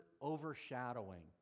overshadowing